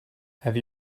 have